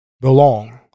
belong